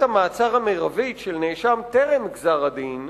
המעצר המרבית של נאשם טרם גזר-הדין,